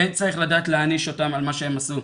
כן צריך לדעת להעניש אותם על מה שהם עשו,